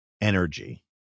energy